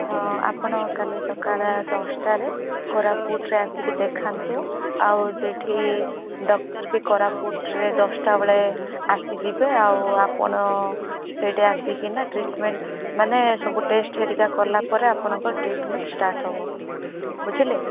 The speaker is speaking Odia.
ହଁ ଆପଣ କାଲି ସକାଳେ ଦଶଟାରେ କୋରାପୁଟରେ ଆସିକି ଦେଖାନ୍ତୁ ଆଉ ସେଇଠି ଡକ୍ଟର୍ ବି କୋରାପୁଟରେ ଦଶଟା ବେଳେ ଆସିଯିବେ ଆଉ ଆପଣ ସେଇଠି ଆସିକିନା ଟ୍ରିଟମେଣ୍ଟ୍ ମାନେ ସବୁ ଟେଷ୍ଟ୍ ହେରିକା କଲାପରେ ଆପଣଙ୍କ ଟ୍ରିଟମେଣ୍ଟ୍ ଷ୍ଟାର୍ଟ ହେବ ବୁଝିଲେ